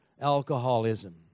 alcoholism